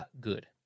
good